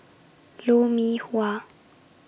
Lou Mee Wah